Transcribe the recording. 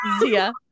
Zia